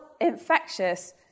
infectious